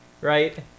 right